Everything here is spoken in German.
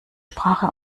sprache